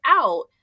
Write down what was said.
out